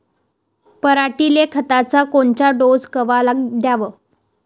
पऱ्हाटीले खताचा कोनचा डोस कवा द्याव?